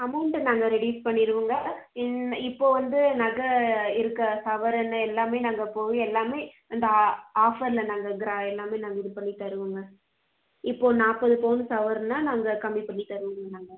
amount நாங்கள் reduce பண்ணிடுவோங்க இப்போது வந்து நகை இருக்க சவரன்னு எல்லாமே நாங்கள் போய் எல்லாமே அந்த ஆ ஆஃபரில் நாங்கள் கிரா எல்லாமே நாங்கள் இது பண்ணித் தருவோங்க இப்போ நாற்பது பவுன் சவரன்னால் நாங்கள் கம்மி பண்ணித் தருவோங்க நாங்கள்